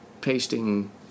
pasting